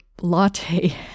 latte